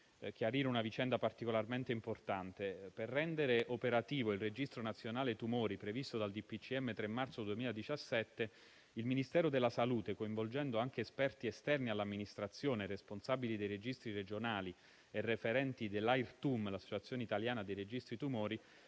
chiarire una vicenda particolarmente importante. Per rendere operativo il registro nazionale tumori previsto dal decreto del Presidente del Consiglio dei ministri 3 marzo 2017, il Ministero della salute, coinvolgendo anche esperti esterni all'amministrazione e responsabili dei registri regionali e referenti dell'Associazione italiana dei registri tumori